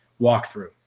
Walkthrough